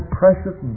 precious